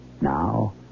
now